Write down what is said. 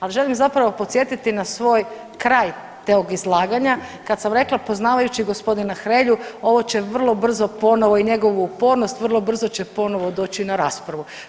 Ali želim zapravo podsjetiti na svoj kraj tog izlaganja kada sam rekla poznavajući gospodina Hrelju ovo će vrlo brzo ponovo i njegovu upornost vrlo brzo će ponovo doći na raspravu.